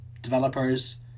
developers